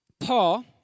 Paul